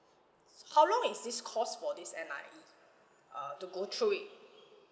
s~ how long is this course for this N_I_E uh to go through it